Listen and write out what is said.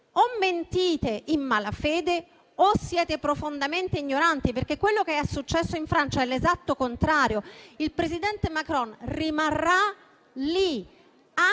o mentite in malafede o siete profondamente ignoranti, perché quello che è accaduto in Francia è l'esatto contrario: il presidente Macron rimarrà lì